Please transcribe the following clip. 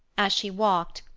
as she walked,